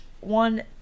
one